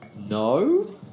no